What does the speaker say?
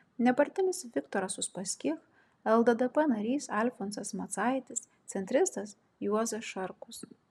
nepartinis viktoras uspaskich lddp narys alfonsas macaitis centristas juozas šarkus